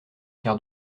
quart